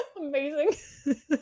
Amazing